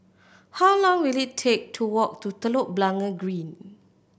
how long will it take to walk to Telok Blangah Green